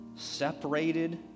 Separated